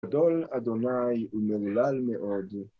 גדול אדוני ומהולל מאוד.